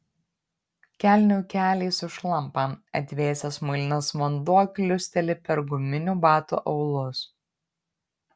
kelnių keliai sušlampa atvėsęs muilinas vanduo kliūsteli per guminių batų aulus